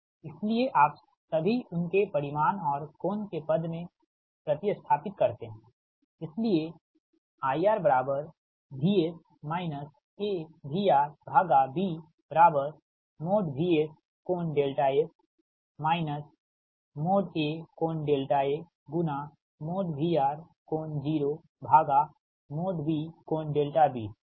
इसलिए आप सभी उनके परिमाण और कोण के पद में प्रति स्थापित करते हैंइसलिए IRVS AVRB VS∠S A∠AVR∠0B∠B ठीक